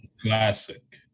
classic